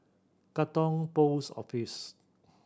Katong Post Office